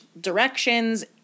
directions